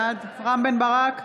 בעד רם בן ברק,